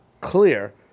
clear